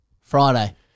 Friday